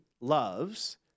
loves